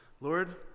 Lord